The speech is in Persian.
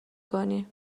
کنی